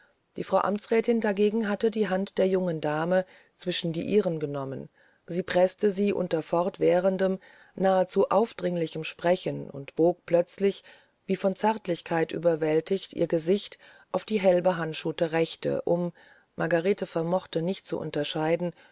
die frau amtsrätin dagegen hatte die hand der jungen dame zwischen die ihren genommen sie preßte sie unter fortwährendem nahezu aufdringlichem sprechen und bog plötzlich wie von zärtlichkeit überwältigt ihr gesicht auf die hell behandschuhte rechte um margarete vermochte nicht zu unterscheiden